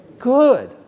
good